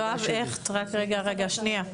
רק רגע, רגע, שנייה.